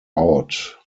out